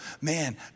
Man